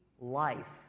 life